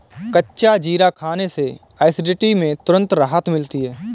कच्चा जीरा खाने से एसिडिटी में तुरंत राहत मिलती है